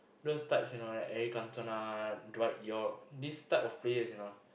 those types you know like Eric-Cantona right these types of players you know